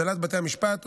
הנהלת בתי המשפט,